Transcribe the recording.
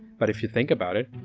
but if you think about it,